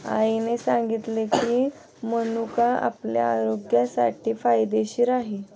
आईने सांगितले की, मनुका आपल्या आरोग्यासाठी फायदेशीर आहे